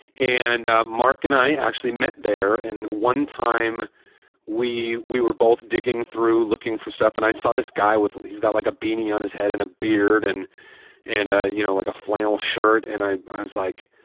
and ah mark and i actually met there. and one time we we were both digging through, looking for stuff. and i saw this guy with the he's got like a beanie on his head and a beard and and, ah you know, like a flannel shirt. and i i was like,